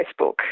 Facebook